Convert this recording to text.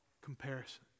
comparison